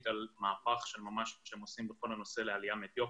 על מהפך של ממש שהם עושים בכל נושא העלייה מאתיופיה.